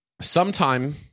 sometime